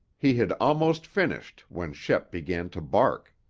he had almost finished when shep began to bark.